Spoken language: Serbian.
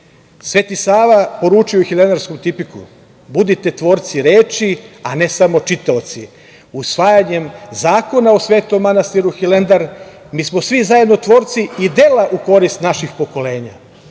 Sava poručio je u Hilandarskom tipiku – Budite tvorci reči, a ne samo čitaoci. Usvajanjem zakona o Svetom manastiru Hilandar, mi smo svi zajedno tvorci i dela u korist naših pokolenja. Mislio